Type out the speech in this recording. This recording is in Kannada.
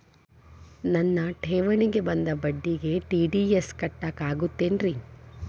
ನನ್ನ ಠೇವಣಿಗೆ ಬಂದ ಬಡ್ಡಿಗೆ ಟಿ.ಡಿ.ಎಸ್ ಕಟ್ಟಾಗುತ್ತೇನ್ರೇ?